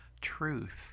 Truth